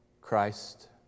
Christ